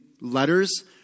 letters